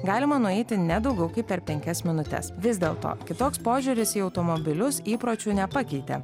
galima nueiti ne daugiau kaip per penkias minutes vis dėlto kitoks požiūris į automobilius įpročių nepakeitė